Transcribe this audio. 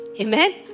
Amen